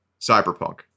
cyberpunk